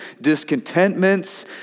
discontentments